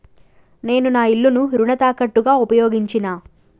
నేను నా ఇల్లును రుణ తాకట్టుగా ఉపయోగించినా